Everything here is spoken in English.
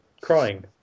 crying